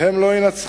הם לא ינצחו.